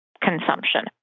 consumption